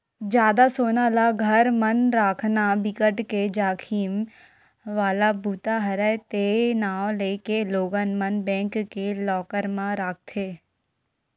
जादा सोना ल घर म राखना बिकट के जाखिम वाला बूता हरय ते नांव लेके लोगन मन बेंक के लॉकर म राखथे